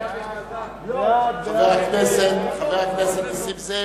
חבר הכנסת נסים זאב,